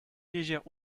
légère